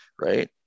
Right